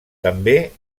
també